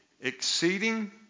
Exceeding